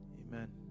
Amen